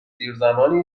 دیرزمانی